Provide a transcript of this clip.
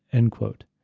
end quote.